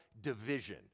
division